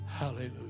hallelujah